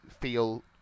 feel